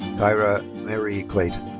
kyra marie clayton.